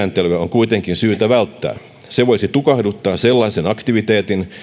kuitenkin syytä välttää se voisi tukahduttaa sellaisen aktiviteetin